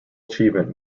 achievement